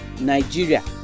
Nigeria